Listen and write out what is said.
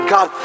God